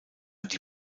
die